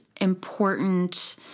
important